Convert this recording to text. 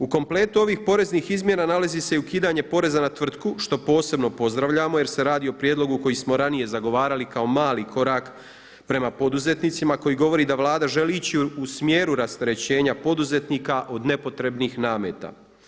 U kompletu ovih poreznih izmjena nalazi se i ukidanje poreza na tvrtku što posebno pozdravljamo jer se radi o prijedlogu koji smo ranije zagovarali kao mali korak prema poduzetnicima koji govori da Vlada želi ići u smjeru rasterećenja poduzetnika od nepotrebnih nameta.